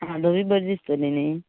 हां धवी बरीं दिसतलीं न्ही